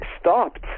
stopped